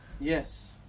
Yes